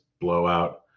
blowout